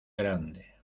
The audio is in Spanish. grande